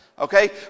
okay